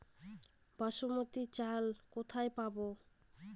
বাসমতী চাল কোথায় পাবো?